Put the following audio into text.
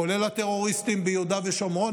כולל הטרוריסטים ביהודה ושומרון,